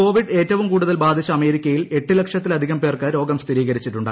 Covid ഏറ്റവും കൂടുതൽ ബാധിച്ച അ്മേരിക്കയിൽ എട്ട് ലക്ഷത്തിലധികം പേർക്ക് രോഗം സ്ഥിരീക്ട്രിച്ചിട്ടുണ്ട്